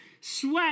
sweat